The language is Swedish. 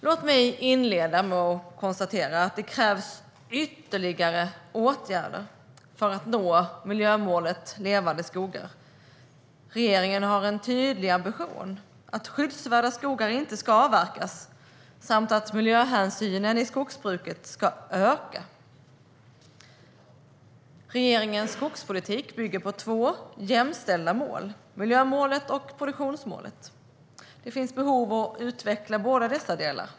Låt mig inleda med att konstatera att det krävs ytterligare åtgärder för att nå miljömålet Levande skogar. Regeringen har en tydlig ambition att skyddsvärda skogar inte ska avverkas samt att miljöhänsynen i skogsbruket ska öka. Regeringens skogspolitik bygger på två jämställda mål: miljömålet och produktionsmålet. Det finns behov av att utveckla båda dessa delar.